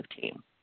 team